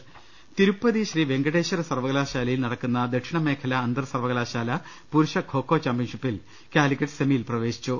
രദേഷ്ടെടു തിരുപ്പതി ശ്രീ വെങ്കടേശ്വര സർവകലാശാലയിൽ നടക്കുന്ന ദക്ഷിണ മേഖലാ അന്തർ സർവകലാശാലാ പുരുഷ ഖൊ ഖൊ ചാമ്പ്യൻഷിപ്പിൽ കാലിക്കറ്റ് സെമിയിൽ പ്രവേശിച്ചു